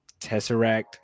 Tesseract